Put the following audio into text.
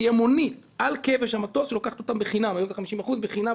תהיה מונית על כבש המטוס שלוקחת אותם בחינם היום זה 50% בחינם,